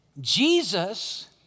Jesus